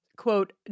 quote